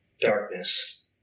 darkness